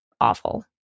awful